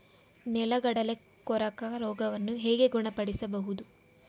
ನೆಲಗಡಲೆ ಕೊರಕ ರೋಗವನ್ನು ಹೇಗೆ ಗುಣಪಡಿಸಬಹುದು?